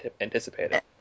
anticipated